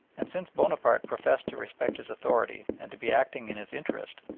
and since bonaparte professed to respect his authority and to be acting in his interest,